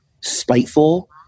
spiteful